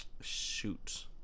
Shoot